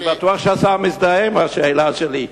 אני בטוח שהשר מזדהה עם השאלה שלי.